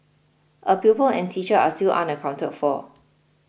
a pupil and teacher are still unaccounted for